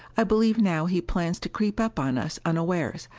i believe now he plans to creep up on us unawares,